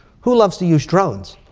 who loves to use drones?